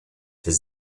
his